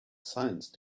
science